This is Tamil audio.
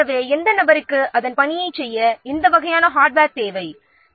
எனவே எந்த நபருக்கு எந்த வகையான ஹார்ட்வேர் தேவை என்பதை ஆராய வேண்டும்